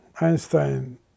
Einstein